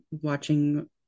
watching